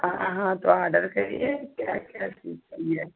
हाँ हाँ तो आडर करिए क्या क्या चीज़ चाहिए